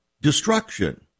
destruction